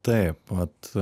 taip vat